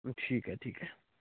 ठीक आहे ठीक आहे